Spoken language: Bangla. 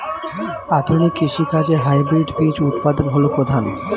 আধুনিক কৃষি কাজে হাইব্রিড বীজ উৎপাদন হল প্রধান